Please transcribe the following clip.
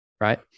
right